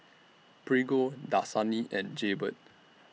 Prego Dasani and Jaybird